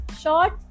short